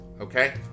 okay